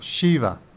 Shiva